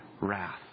wrath